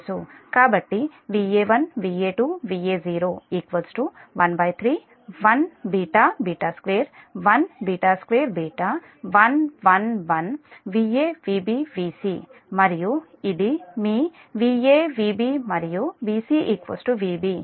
కాబట్టి Va1 Va2 Va0 131 2 1 2 1 1 1 Va Vb Vc మరియు ఇది మీ Va Vb మరియు Vc Vb